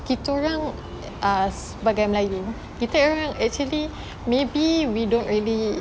kita orang uh sebagai melayu kita orang actually maybe we don't really